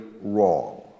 wrong